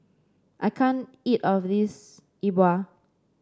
I can't eat all of this Yi Bua